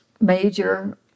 major